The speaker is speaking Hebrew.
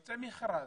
יוצא מכרז,